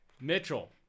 Mitchell